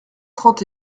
trente